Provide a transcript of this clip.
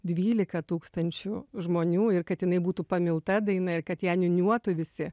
dvylika tūkstančių žmonių ir kad jinai būtų pamilta daina ir kad ją niūniuotų visi